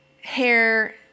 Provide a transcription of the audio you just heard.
hair